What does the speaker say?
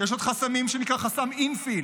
יש עוד חסם, שנקרא חסם אינפיל,